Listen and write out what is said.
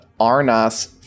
Arnas